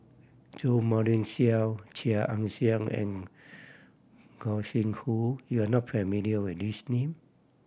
Jo Marion Seow Chia Ann Siang and Gog Sing Hooi you are not familiar with these name